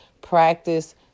Practice